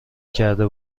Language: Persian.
کرده